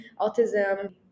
autism